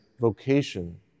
vocation